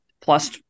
plus